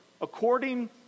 According